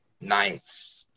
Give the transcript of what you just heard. Nights